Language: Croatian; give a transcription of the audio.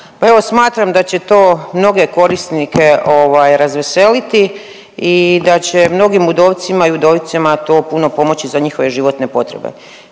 Pa evo smatram da će to mnoge korisnike ovaj razveseliti i da će mnogim udovcima i udovicama to puno pomoći za njihove životne potrebe.